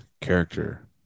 character